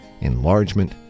enlargement